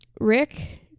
Rick